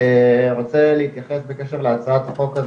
רוצה להתייחס בקשר להצעת החוק,